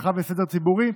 אבטחה וסדר ציבורי,